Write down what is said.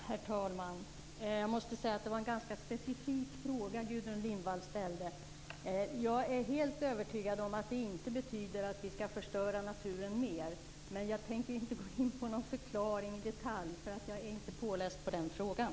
Herr talman! Jag måste säga att Gudrun Lindvall ställde en ganska specifik fråga. Jag är helt övertygad om att det inte betyder att vi skall förstöra naturen mer, men jag tänker inte gå in på någon förklaring i detalj. Jag är nämligen inte påläst i den frågan.